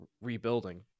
rebuilding